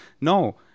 No